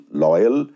loyal